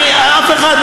אף אחד,